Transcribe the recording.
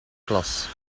klas